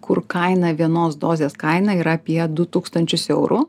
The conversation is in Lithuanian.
kur kaina vienos dozės kaina yra apie du tūkstančius eurų